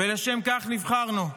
ולשם כך נבחרנו.